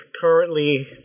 currently